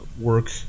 work